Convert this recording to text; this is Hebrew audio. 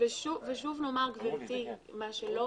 ושוב נאמר, גברתי, מה שלא